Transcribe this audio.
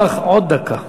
אני נותן לך עוד דקה.